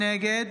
נגד